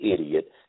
idiot